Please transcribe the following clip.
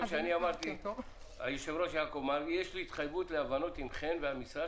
שאמרתי שיש לי התחייבות והבנות עם חן והמשרד